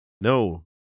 No